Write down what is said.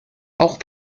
auch